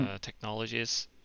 technologies